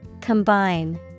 Combine